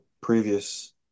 previous